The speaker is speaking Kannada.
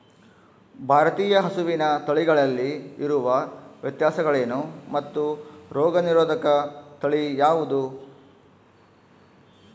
ಭಾರತೇಯ ಹಸುವಿನ ತಳಿಗಳಲ್ಲಿ ಇರುವ ವ್ಯತ್ಯಾಸಗಳೇನು ಮತ್ತು ರೋಗನಿರೋಧಕ ತಳಿ ಯಾವುದು?